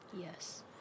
Yes